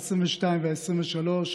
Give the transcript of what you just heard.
העשרים-ושתיים והעשרים-ושלוש,